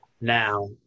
now